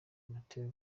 mathieu